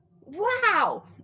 Wow